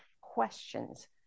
questions